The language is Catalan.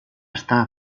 estar